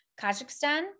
Kazakhstan